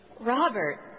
Robert